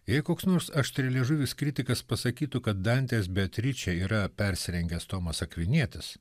jei koks nors aštrialiežuvis kritikas pasakytų kad dantės beatričė yra persirengęs tomas akvinietis